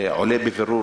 עולה בבירור,